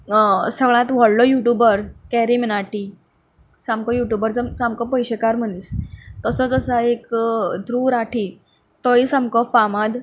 सगळ्यांत व्हडलो यूट्यूबर कैरी मिनाटी सामको यूट्यूबर जो सामको पयशेंकार मनीस तसोच आसा एक ध्रूव राठी तोय सामको फामाद